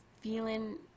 feeling